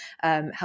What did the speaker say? help